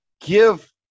give